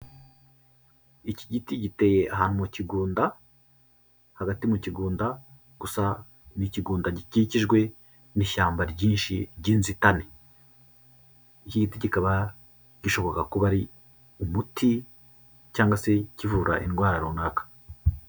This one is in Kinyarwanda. Iki giti giteye ahantu mu kigunda, hagati mu kigunda, gusa ni ikigunda gikikijwe n'ishyamba ryinshi ry'inzitane, iki giti kikaba gishoboka kuba ari umuti, cyangwa se kivura indwara runaka.